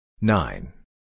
Nine